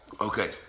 Okay